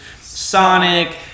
Sonic